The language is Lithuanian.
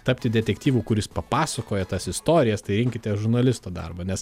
tapti detektyvu kuris papasakoja tas istorijas tai rinkitės žurnalisto darbą nes